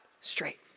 Straight